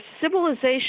civilization